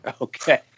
Okay